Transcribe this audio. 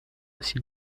aussi